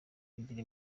igira